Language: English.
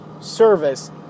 service